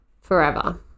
forever